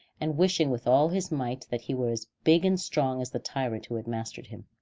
and wishing with all his might that he were as big and strong as the tyrant who had mastered him.